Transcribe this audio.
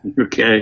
Okay